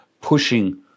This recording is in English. pushing